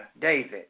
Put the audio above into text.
David